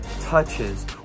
touches